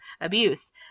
abuse